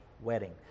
wedding